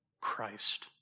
Christ